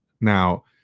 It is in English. Now